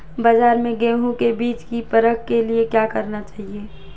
बाज़ार में गेहूँ के बीज की परख के लिए क्या करना चाहिए?